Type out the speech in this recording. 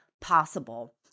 possible